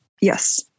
yes